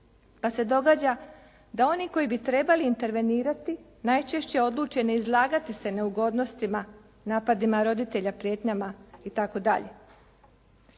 pa se događa da oni koji bi trebali intervenirati najčešće odluče ne izlagati se neugodnostima, napadima roditelja, prijetnjama i